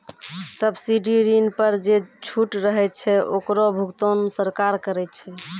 subsidy ऋण पर जे छूट रहै छै ओकरो भुगतान सरकार करै छै